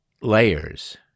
layers